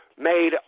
made